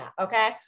okay